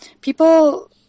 People